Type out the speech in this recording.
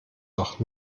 doch